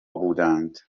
بودند